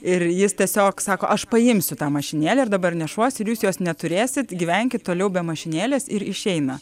ir jis tiesiog sako aš paimsiu tą mašinėlę ir dabar nešuosi ir jūs jos neturėsit gyvenkit toliau be mašinėlės ir išeina